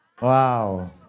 Wow